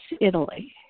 Italy